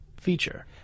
Feature